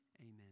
Amen